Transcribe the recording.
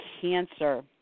Cancer